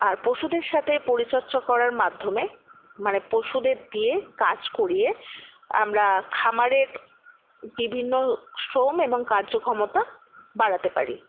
আর পশুদের সাথে পরিচর্চা করার মাধ্যমে মানে পশুদের দিয়ে কাজ করিয়ে আমরা খামারের বিভিন্ন শ্রম এবং কার্যক্ষমতা বাড়াতে পারি